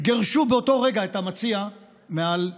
גירשו באותו רגע את המציע מעל פניהם.